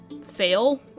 fail